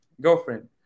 girlfriend